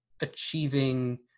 achieving